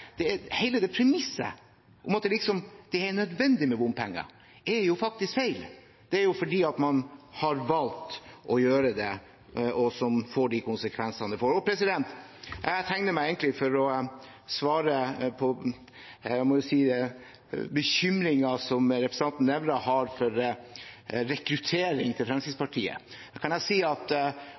det på en utmerket måte. Hele premisset om at det er nødvendig med bompenger, er faktisk feil. Det er fordi man har valgt å gjøre det, at det får de konsekvensene. Jeg tegnet meg egentlig for å svare på bekymringen som representanten Nævra har for rekrutteringen til Fremskrittspartiet. Da kan jeg si at